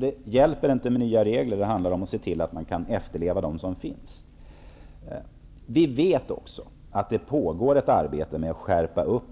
Det hjälper inte med nya regler. Det handlar om att se till att man kan efterleva de som finns. Vi vet också att det pågår ett arbete med att skärpa upp